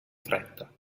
fretta